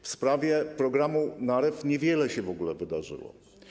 W sprawie programu ˝Narew˝ niewiele się w ogóle wydarzyło.